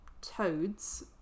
toads